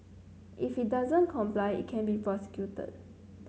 if it doesn't comply it can be prosecuted